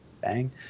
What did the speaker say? bang